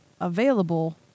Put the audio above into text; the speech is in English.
available